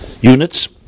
units